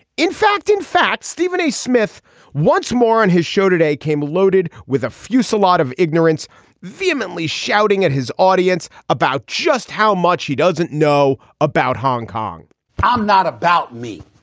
in fact in fact stephen a smith once more on his show today came loaded with a few saw a lot of ignorance vehemently shouting at his audience about just how much he doesn't know about hong kong i'm not about me